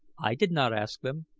i did not ask them.